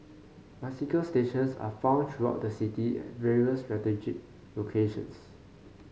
bicycle stations are found throughout the city at various strategic locations